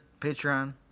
Patreon